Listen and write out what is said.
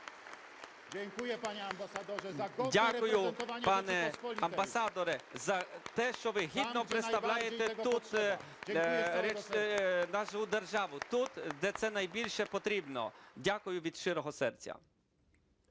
Дякую, пане амбасадоре, за те, що ви гідно представляєте тут нашу державу тут, де це найбільше потрібно. Дякую від щирого серця.